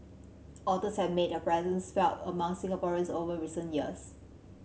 otters have made their presence felt among Singaporeans over recent years